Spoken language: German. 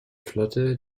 flotte